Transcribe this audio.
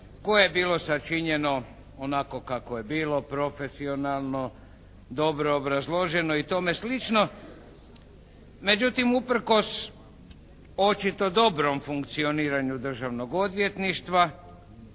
koje je bilo sačinjeno onako kako je bilo, profesionalno, dobro obrazloženo i tome slično. Međutim, u prkos očito dobrom funkcioniranju Državnog odvjetništva